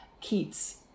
Keats